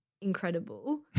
incredible